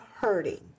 hurting